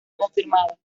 confirmada